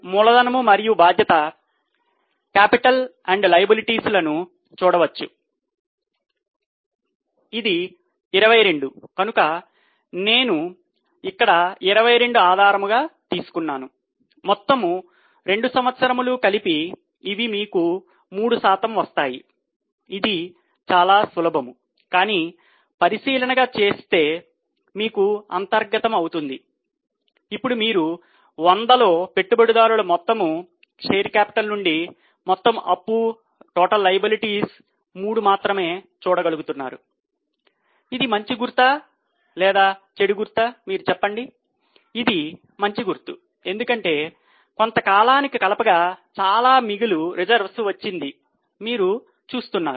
మిగులు పత్రము వచ్చింది మీరు చూస్తున్నారు